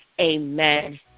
amen